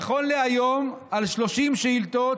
נכון להיום, על 30 שאילתות